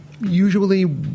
Usually